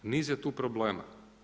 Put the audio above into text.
Niz je tu problema.